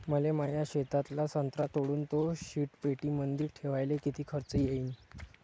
मले माया शेतातला संत्रा तोडून तो शीतपेटीमंदी ठेवायले किती खर्च येईन?